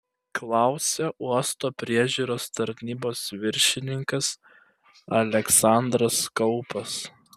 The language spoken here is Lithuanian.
klausė uosto priežiūros tarnybos viršininkas aleksandras kaupas